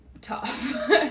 tough